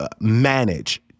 manage